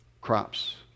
crops